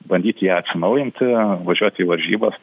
bandyt ją atsinaujinti važiuoti į varžybas